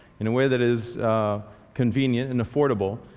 in a way that is convenient and affordable,